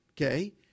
okay